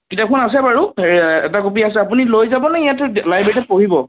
কিতাখন আছে বাৰু সেই এটা কপি আছে আপুনি লৈ যাবনে ইয়াতে লাইব্ৰেৰীতে পঢ়িব